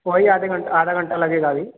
वही आधी घंटा आधा घंटा लगेगा अभी